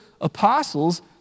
apostles